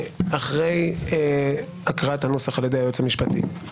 אחרי הקראת הנוסח על-ידי הייעוץ המשפטי אני